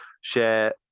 share